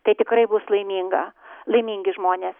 tai tikrai bus laiminga laimingi žmonės